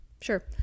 Sure